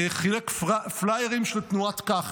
חילק פליירים של תנועת כך,